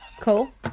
Cool